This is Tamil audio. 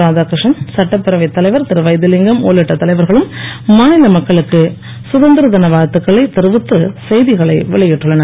ராதாகிருஷ்ணன் சட்டப்பேரவைத் தலைவர் திருவைத்திலிங்கம் உள்ளிட்ட தலைவர்களும் மாநில மக்களுக்கு சுதந்திர தின வாழ்த்துக்களைத் தெரிவித்து செய்திகளை வெளியிட்டுள்ளனர்